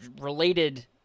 related